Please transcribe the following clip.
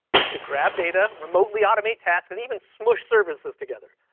you could grab data remotely automate tasks, and even smush services together.